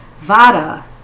Vada